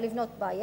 או לבנות בית,